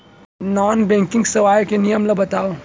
Non banking सेवाएं के नियम ला बतावव?